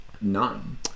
none